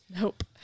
Nope